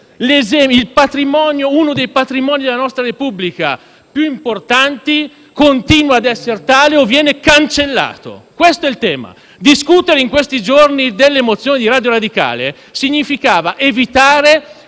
dei più importanti patrimoni della nostra Repubblica continua ad essere tale o viene cancellato: questo è il tema. Discutere in questi giorni delle mozioni di Radio Radicale significava evitare